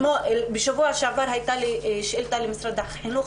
בשבוע שעבר הייתה לי שאילתה למשרד החינוך